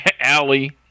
Allie